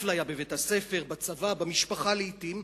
אפליה בבית-הספר, בצבא, במשפחה לעתים.